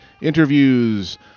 Interviews